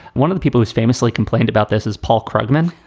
one of the people who's famously complained about this is paul krugman.